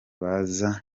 baza